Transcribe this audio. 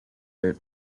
their